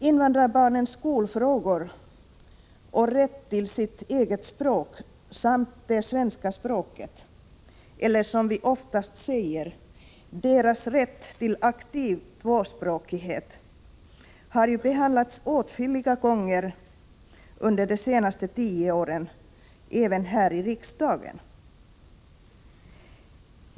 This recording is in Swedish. Invandrarbarnens skolfrågor och rätt till sitt eget språk samt det svenska språket, eller — som vi oftast säger — deras rätt till aktiv tvåspråkighet, har ju behandlats åtskilliga gånger under de senaste tio åren, även här i riksdagen.